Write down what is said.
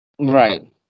Right